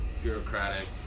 bureaucratic